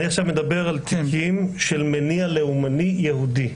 אני עכשיו מדבר על תיקים של מניע לאומני יהודי,